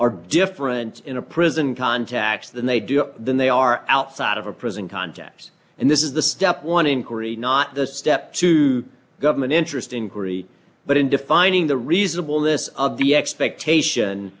are different in a prison contacts than they do than they are outside of a prison context and this is the step one inquiry not the step to government interest inquiry but in defining the reasonable this of the expectation